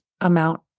amount